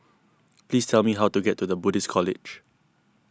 please tell me how to get to the Buddhist College